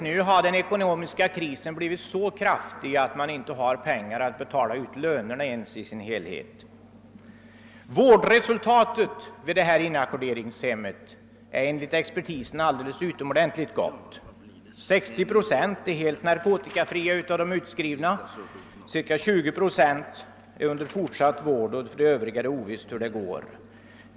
Nu har den ekonomiska krisen blivit så allvarlig att man inte ens har pengar att betala ut lönerna i full omfattning. Vårdresultatet vid inackorderingshemmet är enligt expertisen utomordentligt gott. 60 procent av de utskrivna är helt narkotikafria, ca 20 procent är under fortsatt vård och beträffande de övriga är det ovisst hur det går.